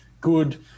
good